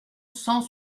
cent